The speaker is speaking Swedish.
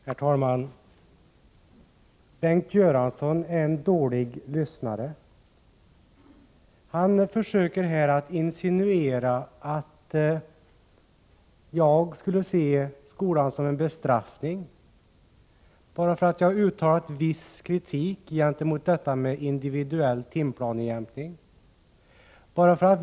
Herr talman! Bengt Göransson är en dålig lyssnare. Han försöker här att insinuera att jag skulle se skolan som en bestraffning, bara därför att jag har uttalat viss kritik mot individuell timplanejämkning.